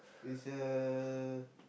is a